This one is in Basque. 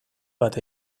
bat